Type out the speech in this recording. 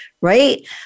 right